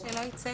לא, לא, שלא יצא